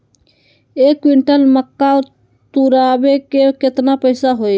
एक क्विंटल मक्का तुरावे के केतना पैसा होई?